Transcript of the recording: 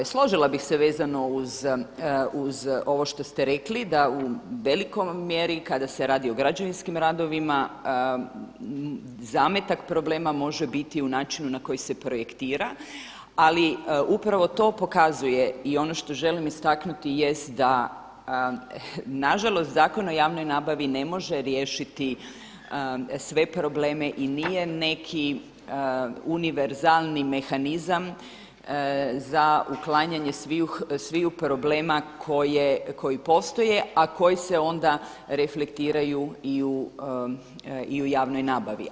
Složila bih se vezano uz ovo što ste rekli da u velikoj mjeri kada se radi o građevinskim radovima zametak problema može biti u načinu na koji se projektira ali upravo to pokazuje i ono što želim istaknuti jest da nažalost Zakon o javnoj nabavi ne može riješiti sve probleme i nije neki univerzalni mehanizam za uklanjanje svih problema koji postoje a koji se onda reflektiraju i u javnoj nabavi.